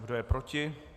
Kdo je proti?